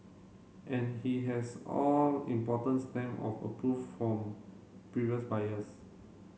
and he has all important stamp of approve from previous buyers